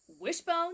Wishbone